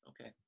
Okay